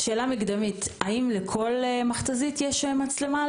שאלה מקדמית: האם היום לכל מכתזית יש מצלמה?